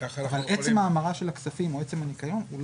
אבל עצם ההמרה של הכספים או עצם הניכיון,